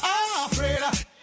afraid